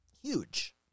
huge